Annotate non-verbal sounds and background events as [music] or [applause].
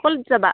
[unintelligible] যাবা